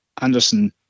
Anderson